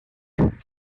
mount